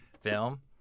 film